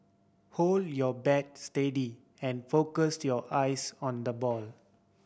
hold your bat steady and focus your eyes on the ball